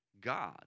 God